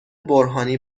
برهانی